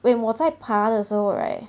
when 我在爬的时候 right